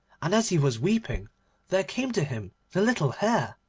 and as he was weeping there came to him the little hare.